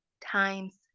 times